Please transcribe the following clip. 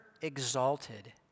exalted